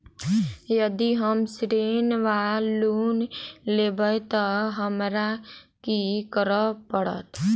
यदि हम ऋण वा लोन लेबै तऽ हमरा की करऽ पड़त?